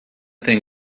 thing